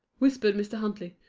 whispered mr. huntley,